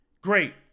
great